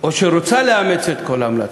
או שרוצה לאמץ את כל ההמלצות.